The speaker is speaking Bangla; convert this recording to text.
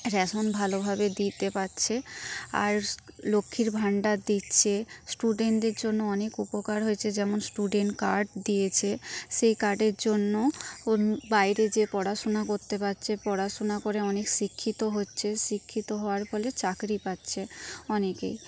রেশন ভালোভাবে দিতে পারছে আর লক্ষ্মীর ভাণ্ডার দিচ্ছে স্টুডেন্টদের জন্য অনেক উপকার হয়েছে যেমন স্টুডেন্ট কার্ড দিয়েছে সেই কার্ডের জন্য বাইরে যেয়ে পড়াশোনা করতে পারছে পড়াশোনা করে অনেক শিক্ষিত হচ্ছে শিক্ষিত হওয়ার ফলে চাকরি পাচ্ছে অনেকেই